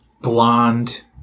blonde